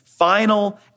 final